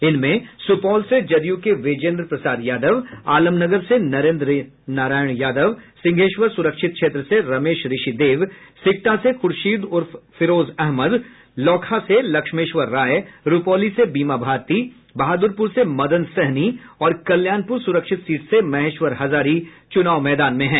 जिनमें सुपौल से जदयू के विजेन्द्र प्रसाद यादव आलमनगर से नरेन्द्र नारायण यादव सिंहेश्वर सुरक्षित से रमेश ऋषिदेव सिकटा से खुर्शीद उर्फ फिरोज अहमद लोकहा से लक्ष्मेश्वर राय रूपौली से बीमा भारती बहादुरपुर से मदन सहनी और कल्याणपुर सुरक्षित सीट से महेश्वर हजारी चुनाव मैदान में हैं